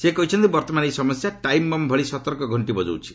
ସେ କହିଛନ୍ତି ବର୍ତ୍ତମାନ ଏହି ସମସ୍ୟା ଟାଇମ୍ବମ୍ ଭଳି ସତର୍କ ଘଣ୍ଟି ବଜାଉଛି